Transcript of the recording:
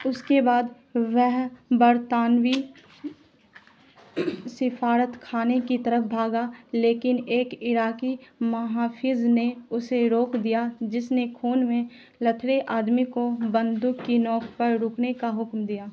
اس کے بعد وہ برطانوی سفارت خانے کی طرف بھاگا لیکن ایک عراقی محافظ نے اسے روک دیا جس نے خون میں لتھڑے آدمی کو بندوق کی نوک پر رکنے کا حکم دیا